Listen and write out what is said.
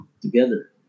together